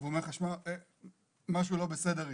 והוא אומר: משהו לא בסדר איתך,